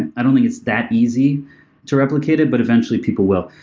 and i don't think it's that easy to replicate it, but eventually people will.